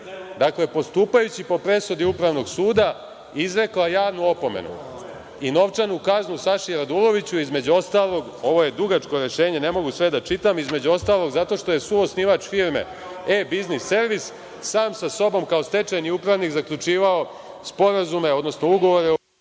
puta postupajući po presudi Upravnog suda, izrekla javnu opomenu i novčanu kaznu Saši Raduloviću, između ostalog, ovo je dugačko rešenje ne mogu sve da čitam, između ostalog, zato što je suosnivač firme „E-biznis servis“ sam sa sobom kao stečajni upravnik zaključivao sporazume, odnosno ugovore o